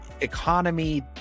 economy